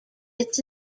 its